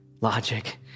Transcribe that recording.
logic